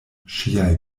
ŝiaj